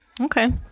Okay